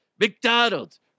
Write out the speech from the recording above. McDonald's